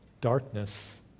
darkness